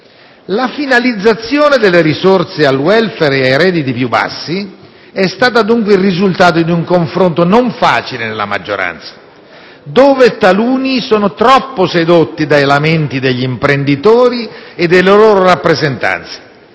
La finalizzazione delle risorse al *welfare* e ai redditi più bassi è stata dunque il risultato di un confronto non facile nella maggioranza, dove taluni sono troppo sedotti dai lamenti degli imprenditori e delle loro rappresentanze